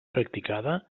practicada